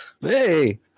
Hey